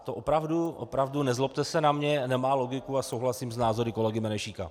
To opravdu, nezlobte se na mě, nemá logiku, a souhlasím s názory kolegy Benešíka.